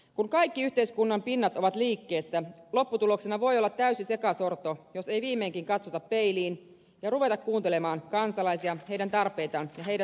kun kaikki yhteiskunnan pinnat ovat liikkeessä lopputuloksena voi olla täysi sekasorto jos ei viimeinkin katsota peiliin ja ruveta kuuntelemaan kansalaisia heidän tarpeitaan ja heidän toiveitaan